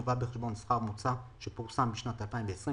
יובא בחשבון השכר הממוצע האחרון שפורסם בשנת 2020,